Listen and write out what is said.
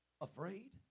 afraid